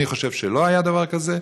אני חושב שלא היה דבר כזה,